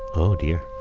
oh dear.